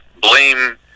blame